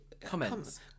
Comments